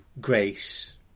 Grace